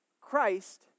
Christ